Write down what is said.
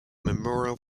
memorial